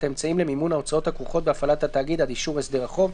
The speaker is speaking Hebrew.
האמצעים למימון ההוצאות הכרוכות בהפעלת התאגיד עד אישור הסדר החוב.